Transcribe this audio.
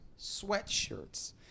sweatshirts